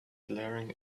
glaring